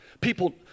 People